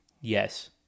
Yes